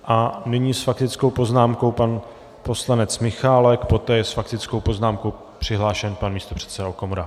A nyní s faktickou poznámkou pan poslanec Michálek, poté je s faktickou poznámkou přihlášen pan místopředseda Okamura.